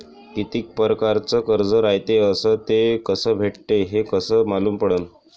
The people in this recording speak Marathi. कितीक परकारचं कर्ज रायते अस ते कस भेटते, हे कस मालूम पडनं?